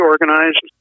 organized